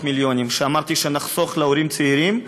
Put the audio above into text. מיליונים שאמרתי שנחסוך להורים צעירים,